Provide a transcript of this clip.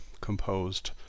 composed